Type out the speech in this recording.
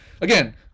Again